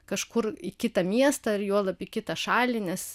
kažkur į kitą miestą ar juolab į kitą šalį nes